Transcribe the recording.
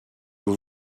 vous